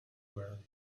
where